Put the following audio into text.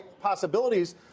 possibilities